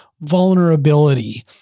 vulnerability